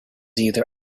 either